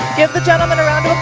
give the gentleman a